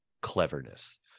cleverness